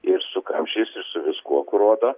ir su kamščiais ir su viskuo kur rodo